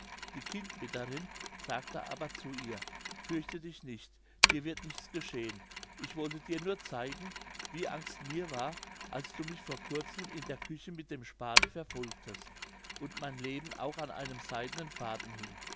die kindbetterin sagte aber zu ihr fürchte dich nicht dir wird nichts geschehen ich wollte dir nur zeigen wie angst mir war als du mich vor kurzem in der küche mit dem spaten verfolgtest und mein leben auch an einem seidenen faden hing